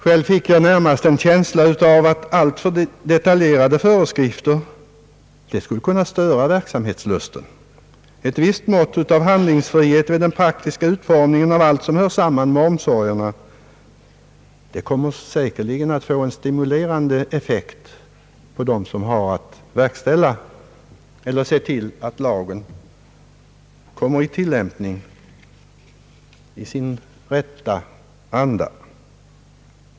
Själv fick jag närmast en känsla av att alltför detaljerade föreskrifter skulle kunna störa verksamhetslusten, Ett visst mått av handlingsfrihet i den praktiska utformningen av allt som hör samman med omsorgerna kommer säkerligen att få en stimulerande effekt på dem som har att verkställa lagen eller se till att den tillämpas i sin rätta anda.